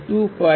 ठीक है